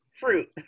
Fruit